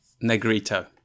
Negrito